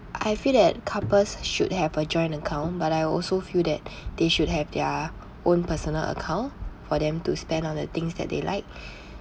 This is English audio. I feel that couples should have a joint account but I also feel that they should have their own personal account for them to spend on the things that they like